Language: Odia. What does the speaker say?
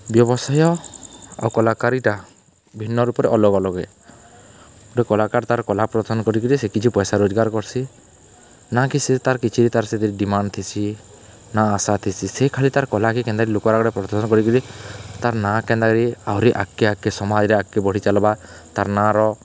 ବ୍ୟବସାୟ ଆଉ କଲାକାରୀଟା ଭିନ୍ନ ରୂପରେ ଅଲଗ୍ ଅଲଗ୍ ଏ ଗୁଟେ କଲାକାର୍ ତାର୍ କଲା ପ୍ରଦର୍ଶନ୍ କରିକିରି ସେ କିଛି ପଏସା ରୋଜଗାର୍ କର୍ସି ନା କି ସେ ତାର୍ କିଛି ତାର୍ ସେଥିରେ ଡିମାଣ୍ଡ୍ ଥିସି ନା ଆଶା ଥିସି ସେ ଖାଲି ତାର୍ କଲାକେ କେନ୍ତା କରି ଲୁକର୍ ଆଗ୍ଆଡ଼େ ପ୍ରଦର୍ଶନ୍ କରିକିରି ତାର୍ ନାଁ କେନ୍ତା କରି ଆହୁରି ଆଗ୍କେ ଆଗ୍କେ ସମାଜ୍ରେ ଆଗ୍କେ ବଢ଼ି ଚାଲ୍ବା ତାର୍ ନାଁର